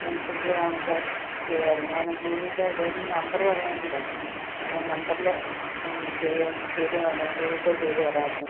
അതനുസരിച്ച് നമുക്ക് ചെയ്യാമായിരുന്നു ഞാന് ഗൂഗ്ൾ പേ ചേട്ടൻ്റെ നമ്പര് പറയേങ്കിലെ ഞാനാ നമ്പറില് ചെയ്യും ചെയ്ത് നടന്ന് ഗൂഗിള് പേ ചെയ്തു തരാമായിരുന്നു